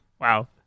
Wow